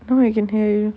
no I can hear you